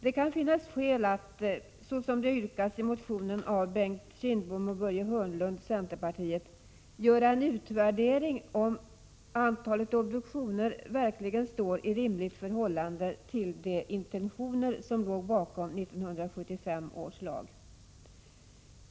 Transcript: Det kan finnas skäl att, så som det yrkas i en motion av centerpartisterna Bengt Kindbom och Börje Hörnlund, göra en utvärdering om antalet obduktioner verkligen står i rimligt förhållande till de intentioner som låg bakom 1975 års lag.